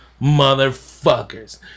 Motherfuckers